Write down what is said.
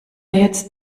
jetzt